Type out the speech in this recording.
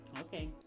Okay